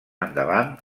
endavant